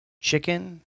chicken